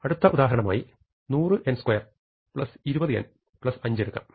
അടുത്ത ഉദാഹരണമായി 100n2 20n 5 എടുക്കാം